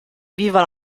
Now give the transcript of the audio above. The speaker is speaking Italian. viva